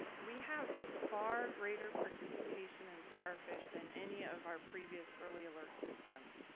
um we have far greater participation in starfish than any of our previous early alert systems.